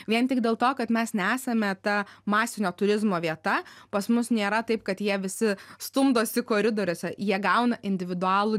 vien tik dėl to kad mes nesame ta masinio turizmo vieta pas mus nėra taip kad jie visi stumdosi koridoriuose jie gauna individualų